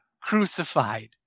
crucified